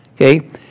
Okay